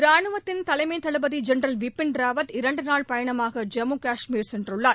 ராணுவத்தின் தலைமை தளபதி ஜெனரல் விபின் ராவத் இரண்டு நாள் பயணமாக ஜம்மு கஷ்மீர் சென்றுள்ளார்